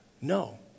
No